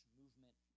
movement